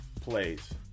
plays